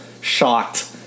shot